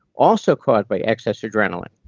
also called by excess adrenaline.